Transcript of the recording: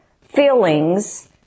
Feelings